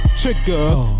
triggers